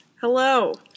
Hello